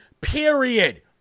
period